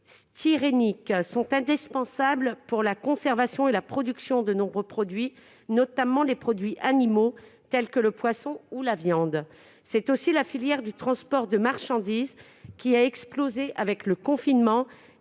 de polymère styrénique sont indispensables pour la conservation et la production de nombreux produits, notamment des produits d'origine animale tels que le poisson ou la viande. La filière du transport de marchandises, lequel a explosé lors du confinement,